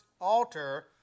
altar